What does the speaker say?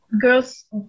girls